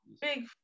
big